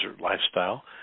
lifestyle